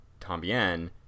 Tambien